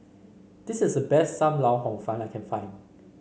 this is the best Sam Lau Hor Fun that I can find